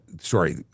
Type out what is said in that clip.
Sorry